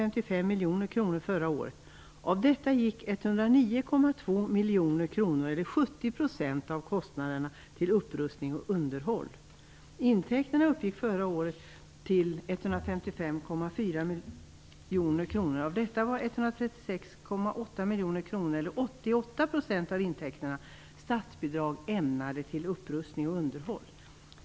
miljoner kronor eller 88 % av intäkterna var statsbidrag ämnade för upprustning och underhåll.